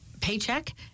paycheck